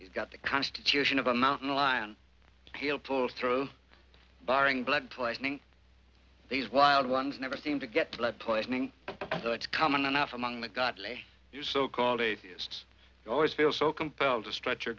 he's got the constitution of a mountain lion he'll pull through barring blood poisoning these wild ones never seem to get blood poisoning so it's common enough among the godly you so called atheists always feel so compelled to stretch your